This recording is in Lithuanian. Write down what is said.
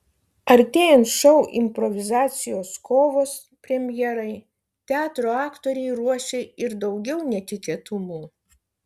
artėjant šou improvizacijos kovos premjerai teatro aktoriai ruošia ir daugiau netikėtumų